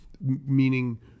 meaning